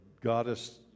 goddess